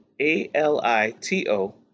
A-L-I-T-O